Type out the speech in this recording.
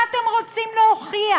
מה אתם רוצים להוכיח?